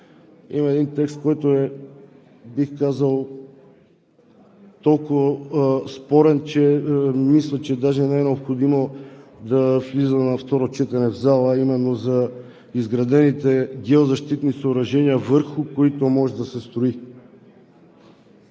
има един текст, който е, бих казал, толкова спорен, че мисля, че даже не е необходимо да влиза на второ четене, а именно за изградените геозащитни съоръжения, върху които може да се строи.